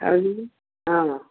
ଆ ହଁ